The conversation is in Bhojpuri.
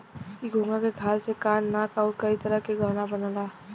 इ घोंघा के खाल से कान नाक आउर कई तरह के गहना बनला